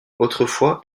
autrefois